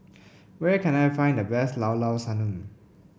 where can I find the best Llao Llao Sanum